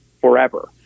forever